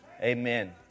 Amen